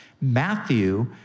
Matthew